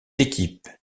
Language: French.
équipes